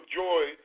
joy